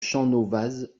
champnovaz